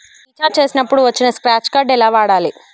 Recharge చేసినప్పుడు వచ్చిన scratch card ఎలా వాడాలి?